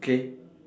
okay